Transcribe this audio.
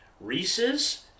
Reese's